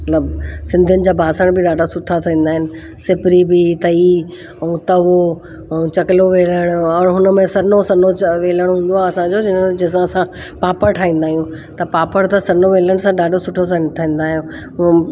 मतिलबु सिंधियुनि जा बासण बि ॾाढा सुठा ठहंदा आहिनि सिपरी बि तई ऐं तवो ऐं चकलो वेलण औण हुन में सन्हो सन्हो वेलण हूंदो आहे असांजो जंहिं सां असां पापड़ ठाईंदा आहियूं त पापड़ त सन्हो वेलण सां ॾाढो सुठो ठहंदा आहियो